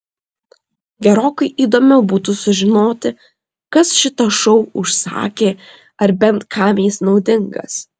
gerokai įdomiau būtų sužinoti kas šitą šou užsakė ar bent kam jis naudingas